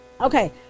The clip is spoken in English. Okay